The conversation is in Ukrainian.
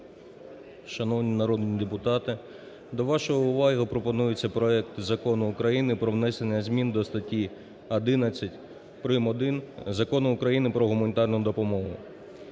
Шановні народні депутати! До вашої уваги пропонується проект Закону України про внесення змін до статті 11прим.1 Закону України "Про гуманітарну допомогу".